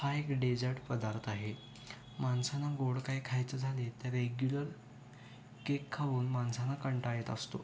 हा एक डेझर्ट पदार्थ आहे माणसांना गोड काय खायचं झाले तर रेग्युलर केक खाऊन माणसांना कंटाळा येत असतो